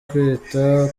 kwita